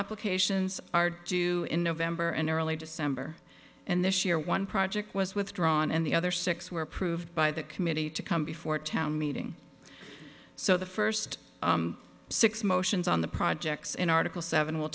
applications are due in november and early december and this year one project was withdrawn and the other six were approved by the committee to come before town meeting so the first six motions on the projects in article seven will